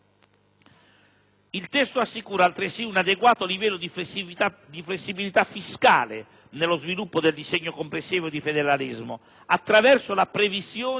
Il testo assicura altresì un adeguato livello di flessibilità fiscale nello sviluppo del disegno complessivo di federalismo, attraverso la previsione